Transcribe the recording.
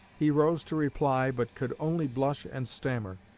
he rose to reply, but could only blush and stammer.